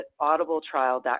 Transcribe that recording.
audibletrial.com